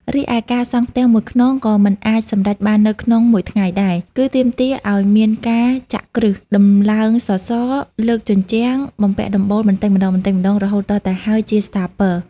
រីឯ ការសង់ផ្ទះមួយខ្នងក៏មិនអាចសម្រេចបានក្នុងមួយថ្ងៃដែរ គឺទាមទារឱ្យមានការចាក់គ្រឹះ ដំឡើងសសរ លើកជញ្ជាំង បំពាក់ដំបូល បន្តិចម្តងៗ រហូតទាល់តែហើយជាស្ថាពរ។